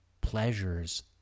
pleasures